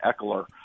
Eckler